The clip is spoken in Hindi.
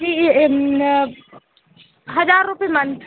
जी हजार रुपए मंथ